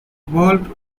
vault